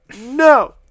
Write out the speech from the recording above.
No